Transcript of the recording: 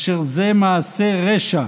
אשר זה מעשה רשע,